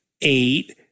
eight